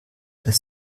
das